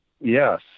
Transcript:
yes